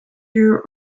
year